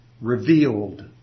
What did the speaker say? revealed